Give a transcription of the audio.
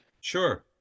Sure